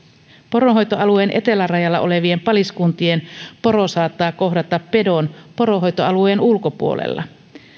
poronhoitoalueen etelärajalla olevien paliskuntien poro saattaa kohdata pedon poronhoitoalueen ulkopuolella